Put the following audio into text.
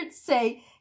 say